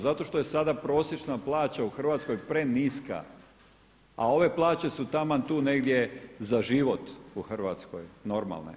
Zato što je sada prosječna plaća u Hrvatskoj preniska, a ove plaće su taman tu negdje za život u Hrvatskoj, normalne.